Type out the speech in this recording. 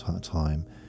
time